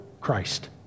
Christ